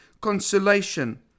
consolation